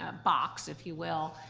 ah box, if you will.